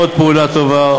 עוד פעולה טובה,